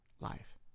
life